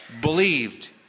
believed